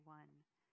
one